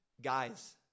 guys